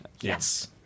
Yes